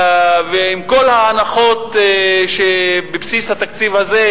עם כל ההנחות שבבסיס התקציב הזה,